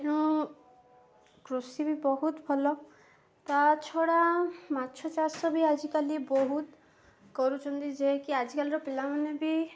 ତେଣୁ କୃଷି ବି ବହୁତ ଭଲ ତା ଛଡ଼ା ମାଛ ଚାଷ ବି ଆଜିକାଲି ବହୁତ କରୁଛନ୍ତି ଯେକି ଆଜିକାର ପିଲାମାନେ ବି